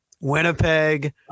Winnipeg